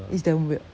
it's damn weird